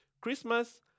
Christmas